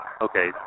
okay